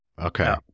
Okay